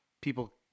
people